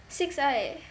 six I